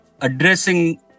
addressing